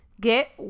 get